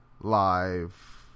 Live